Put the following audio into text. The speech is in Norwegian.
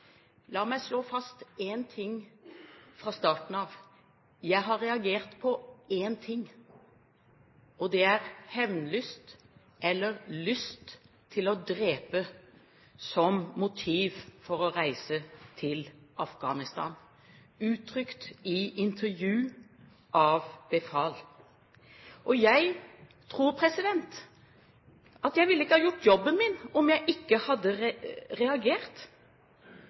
La meg slå fast fra starten av: Jeg har reagert på én ting, og det er hevnlyst eller lyst til å drepe som motiv for å reise til Afghanistan, uttrykt i intervju av befal. Jeg tror ikke jeg ville ha gjort jobben min om jeg ikke hadde reagert,